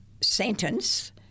sentence